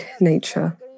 nature